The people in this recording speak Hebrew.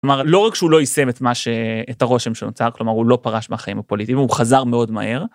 כלומר, לא רק שהוא לא יישם את הרושם שנוצר, כלומר, הוא לא פרש מהחיים הפוליטיים, הוא חזר מאוד מהר.